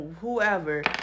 whoever